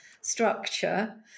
structure